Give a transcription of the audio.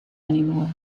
anymore